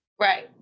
Right